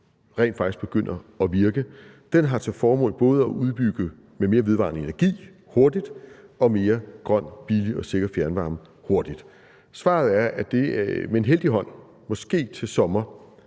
rent faktisk begynder at virke. Den har til formål både at udbygge med mere vedvarende energi hurtigt og med mere grøn, billig og sikker fjernvarme hurtigt. Svaret er, at med en heldig hånd får vi måske til sommer